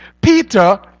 Peter